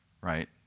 Right